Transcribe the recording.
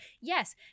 yes